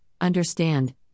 understand